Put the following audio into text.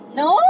no